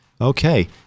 Okay